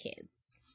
kids